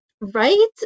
Right